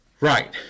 Right